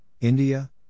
India